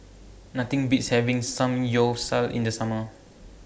Nothing Beats having Samgyeopsal in The Summer